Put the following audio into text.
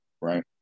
right